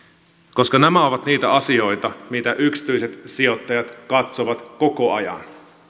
nämä ovat niitä asioita mitä yksityiset sijoittajat katsovat koko ajan